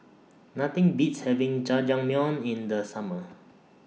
Nothing Beats having Jajangmyeon in The Summer